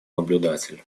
наблюдатель